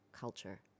Culture